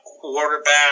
quarterback